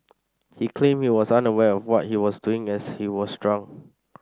he claimed he was unaware of what he was doing as he was drunk